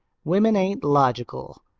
women ain't logical.